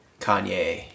Kanye